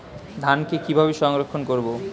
ধানকে কিভাবে সংরক্ষণ করব?